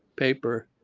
paper,